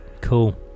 Cool